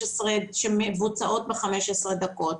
שמבוצעות ב-15 דקות.